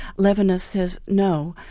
levinas says, no,